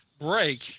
break